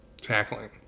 tackling